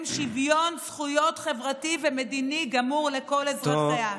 שוויון זכויות חברתי ומדיני גמור לכל אזרחיה,